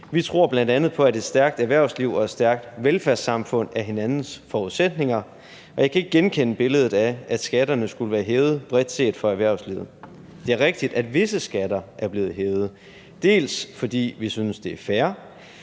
Vi tror bl.a. på, at et stærkt erhvervsliv og et stærkt velfærdssamfund er hinandens forudsætninger, og jeg kan ikke genkende billedet af, at skatterne skulle være hævet bredt set for erhvervslivet. Det er rigtigt, at visse skatter er blevet hævet – dels fordi vi synes, det er fair,